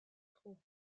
pedro